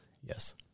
Yes